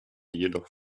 jedoch